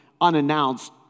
unannounced